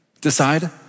decide